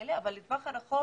בכלא אבל לטווח הרחוק